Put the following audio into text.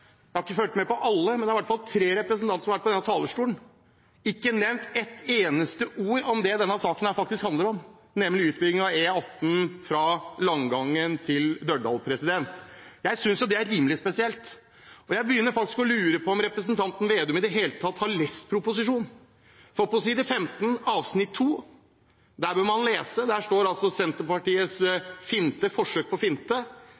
Jeg har ikke fulgt med på alle, men det har i hvert fall vært tre representanter som har vært på talerstolen og ikke nevnt et eneste ord om det denne saken faktisk handler om, nemlig utbygging av E18 fra Langangen til Dørdal. Jeg synes det er rimelig spesielt. Jeg begynner faktisk å lure på om representanten Slagsvold Vedum i det hele tatt har lest proposisjonen, for i andre avsnitt på side 15 – det bør man lese – står altså Senterpartiets forsøk på en finte